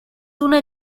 una